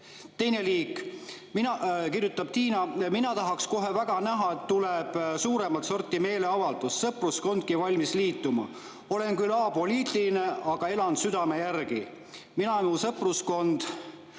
Teine liik, kirjutab Tiina: "Mina tahaks kohe väga näha, et tuleb suuremat sorti meeleavaldus. Sõpruskondki valmis liituma. Olen küll apoliitiline, aga elan südame järgi. Mina ja mu sõpruskond